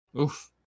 Oof